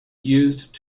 used